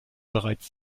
bereits